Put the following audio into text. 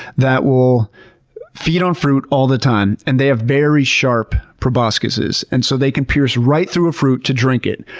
that will feed on fruit all the time. and they have very sharp proboscises. and so they can pierce right through a fruit to drink it.